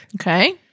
Okay